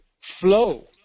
flow